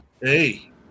Hey